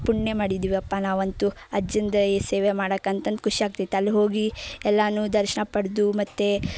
ಪುಣ್ಯ ಮಾಡಿದೀವಪ್ಪ ನಾವಂತೂ ಅಜ್ಜಂದು ಈ ಸೇವೆ ಮಾಡಕಂತಂದು ಖುಷಿಯಾಗ್ತೈತಿ ಅಲ್ಲಿ ಹೋಗಿ ಎಲ್ಲನೂ ದರ್ಶನ ಪಡೆದು ಮತ್ತು